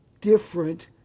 different